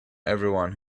everyone